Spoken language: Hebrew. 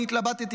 אני התלבטתי,